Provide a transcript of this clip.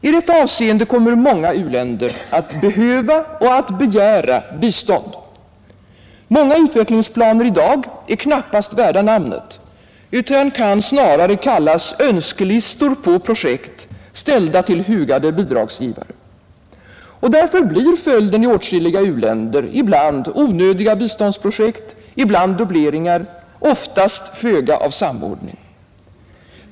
I detta avseende kommer många u-länder att behöva och begära bistånd — många utvecklingsplaner i dag är knappast värda namnet, utan kan snarare kallas önskelistor på projekt ställda till hugade bidragsgivare. Därför blir följden i åtskilliga u-länder ibland onödiga biståndsprojekt, ibland dubbleringar, oftast föga av samordning.